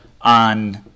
on